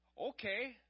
okay